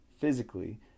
physically